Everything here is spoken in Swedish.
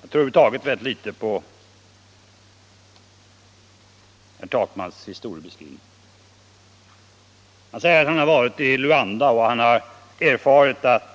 Jag tror över huvud taget rätt litet på herr Takmans historieskrivning. Han säger att han i Luanda har erfarit att